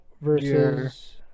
versus